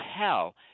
hell